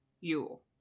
yule